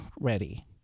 ready